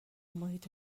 محیط